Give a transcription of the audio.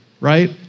right